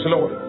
Lord